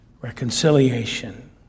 reconciliation